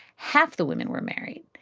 half the women were married.